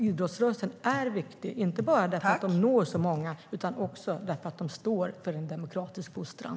Idrottsrörelsen är viktig, inte bara för att den når så många utan också för att den står för en demokratisk fostran.